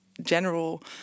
general